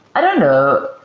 i don't know.